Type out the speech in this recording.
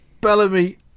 Bellamy